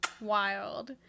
wild